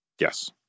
Yes